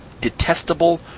detestable